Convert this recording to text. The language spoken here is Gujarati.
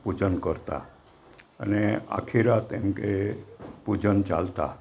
પૂજન કરતા અને આખી રાત એમકે પૂજન ચાલતા